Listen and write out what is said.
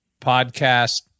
Podcast